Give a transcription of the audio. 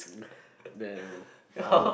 there farm